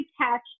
catch